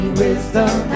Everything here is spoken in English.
wisdom